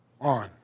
on